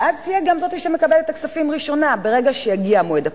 ואז היא תהיה גם זאת שמקבלת את הכספים ראשונה ברגע שיגיע מועד הפירעון.